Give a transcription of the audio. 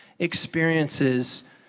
experiences